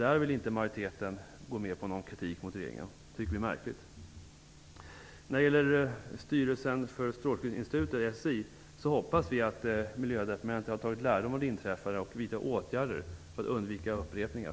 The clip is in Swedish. Där vill majoriteten inte gå med på någon kritik mot regeringen. Det tycker vi är märkligt. När det gäller frågan om SSI:s styrelse hoppas vi att Miljödepartementet har tagit lärdom av det inträffade och vidtagit åtgärder för att undvika upprepningar.